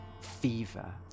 fever